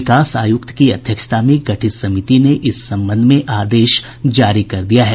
विकास आयुक्त की अध्यक्षता में गठित समिति ने इस संबंध में आदेश जारी कर दिया है